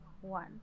One